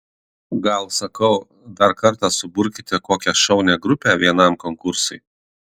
gal sakau dar kartą suburkite kokią šaunią grupę vienam konkursui